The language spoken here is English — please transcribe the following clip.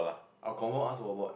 I will confirm ask for work